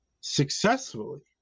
successfully